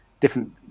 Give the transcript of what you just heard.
different